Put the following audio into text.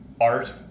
art